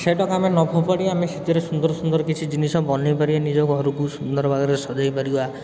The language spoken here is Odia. ସେଇଟାକୁ ଆମେ ନ ଫୋପାଡ଼ି ଆମେ ସେଥିରେ ସୁନ୍ଦର ସୁନ୍ଦର କିଛି ଜିନିଷ ବନେଇ ପାରିବା ନିଜ ଘରକୁ ସୁନ୍ଦର ଭାବରେ ସଜେଇ ପାରିବା